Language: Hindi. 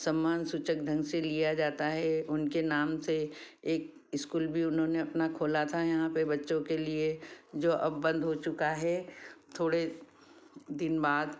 सम्मानसूचक ढंग से लिया जाता है उनके नाम से एक स्कूल भी उन्होंने अपना खोला था यहाँ पर बच्चों के लिए जो अब बंद हो चुका है थोड़े दिन बाद